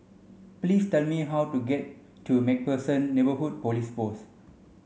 please tell me how to get to MacPherson Neighbourhood Police Post